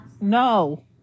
No